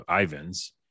Ivan's